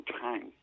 time